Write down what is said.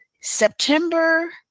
september